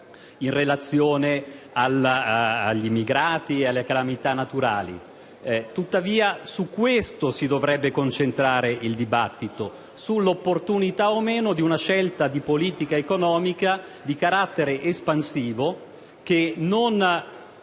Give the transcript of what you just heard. relative agli immigrati e alle calamità naturali. È su questo che si dovrebbe concentrare il dibattito, ovvero sull'opportunità o no di compiere una scelta di politica economica di carattere espansivo, che non